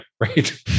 right